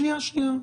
שנייה, שנייה.